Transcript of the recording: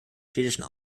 schwedischen